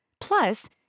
Plus